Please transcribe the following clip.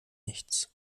nichts